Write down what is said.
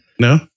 No